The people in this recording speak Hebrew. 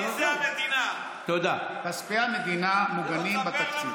כי המדינה כן מודעת,